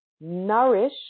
nourish